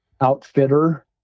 Outfitter